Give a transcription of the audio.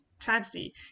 Tragedy